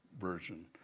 version